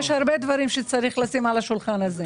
יש הרבה דברים שצריך לשים על השולחן הזה.